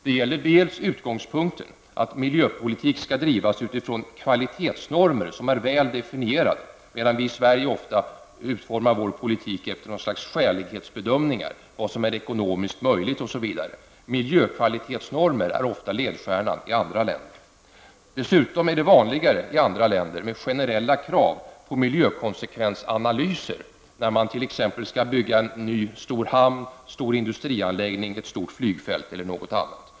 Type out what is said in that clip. Det gäller då först utgångspunkten, att miljöpolitik skall bedrivas utifrån kvalitetsnormer som är väl definierade, medan vi i Sverige ofta utformar vår politik efter något slags skälighetsbedömningar -- vad som är ekonomiskt möjligt, osv. Miljökvalitetsnormer är ofta ledstjärnan i andra länder. Dessutom är det vanligare med generella krav på miljökonsekvensanalyser i andra länder när man t.ex. skall bygga en ny stor hamn, en stor industrianläggning, ett stort flygfält eller något annat.